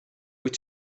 wyt